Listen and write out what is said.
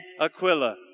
Aquila